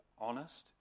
honest